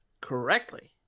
correctly